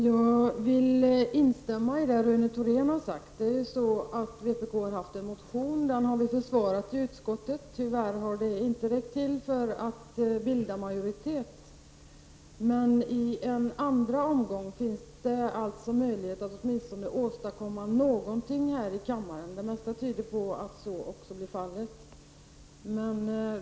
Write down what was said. Herr talman! Jag kan instämma i det Rune Thorén har sagt. Vpk har väckt en motion, som vi har försvarat i utskottet. Tyvärr har det inte räckt till för att bilda majoritet kring den. Men i en andra omgång finns det alltså möjlighet att åtminstone åstadkomma något i kammaren. Det mesta tyder på att så blir fallet.